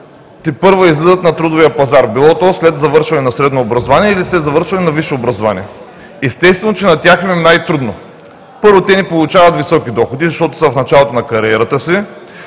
тепърва излизат на трудовия пазар било то след завършване на средно образование или след завършване на висше образование? Естествено, че на тях им е най-трудно. Първо, те не получават високи доходи, защото са в началото на кариерата си.